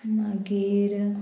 मागीर